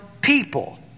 people